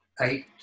eight